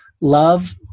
love